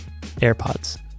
AirPods